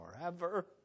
forever